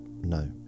No